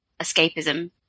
escapism